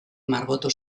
margotu